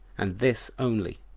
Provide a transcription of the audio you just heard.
and this only,